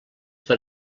per